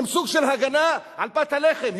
היא סוג של הגנה על פת הלחם,